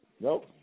Nope